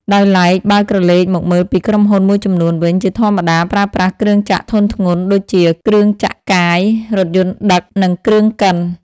ដោយឡែក បើក្រឡេកមកមើលពីក្រុមហ៊ុនមួយចំនួនវិញ ជាធម្មតាប្រើប្រាស់គ្រឿងចក្រធុនធ្ងន់ ដូចជា គ្រឿងចក្រកាយ រថយន្តដឹក និងគ្រឿងកិន។